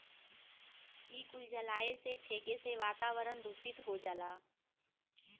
इ कुल जलाए से, फेके से वातावरन दुसित हो जाला